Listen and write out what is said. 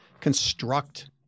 construct